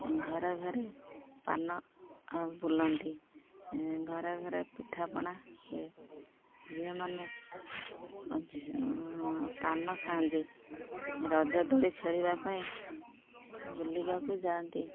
ଘରେ ଘରେ ପାନ ବୁଲନ୍ତି ଘରେ ଘରେ ପିଠାପଣା ହୁଏ ଝିଅମାନେ ପାନ ଖାଆନ୍ତି ରଜ ଦୋଡ଼ି ଖେଳିବା ପାଇଁ ବୁଲିବାକୁ ଯାଆନ୍ତି